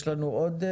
יש לנו עוד?